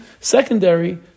Secondary